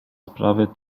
sprawy